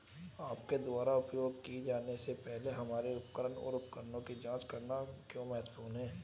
आपके द्वारा उपयोग किए जाने से पहले हमारे उपकरण और उपकरणों की जांच करना क्यों महत्वपूर्ण है?